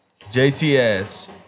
JTS